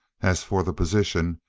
as for the position,